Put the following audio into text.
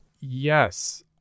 Yes